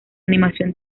animación